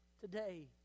today